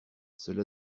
cela